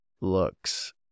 looks